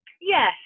Yes